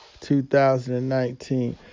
2019